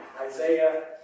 Isaiah